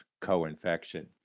co-infection